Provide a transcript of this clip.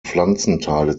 pflanzenteile